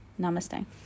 Namaste